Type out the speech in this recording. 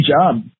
job